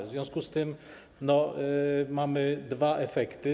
W związku z tym mamy dwa efekty.